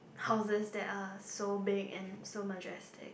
houses that are so big and so majestic